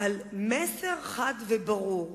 על מסר חד וברור.